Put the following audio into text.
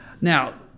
Now